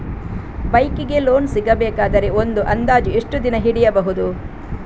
Bike ಗೆ loan ಸಿಗಬೇಕಾದರೆ ಒಂದು ಅಂದಾಜು ಎಷ್ಟು ದಿನ ಹಿಡಿಯಬಹುದು?